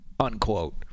unquote